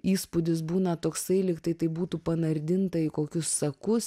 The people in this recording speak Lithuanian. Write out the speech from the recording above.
įspūdis būna toksai lygtai tai būtų panardinta į kokius sakus